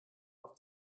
auf